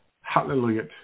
Hallelujah